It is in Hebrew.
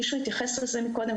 מישהו התייחס לזה קודם,